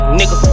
nigga